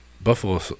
buffalo